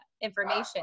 information